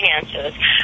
finances